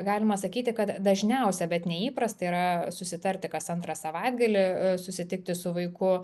galima sakyti kad dažniausia bet ne įprasta yra susitarti kas antrą savaitgalį susitikti su vaiku